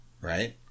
right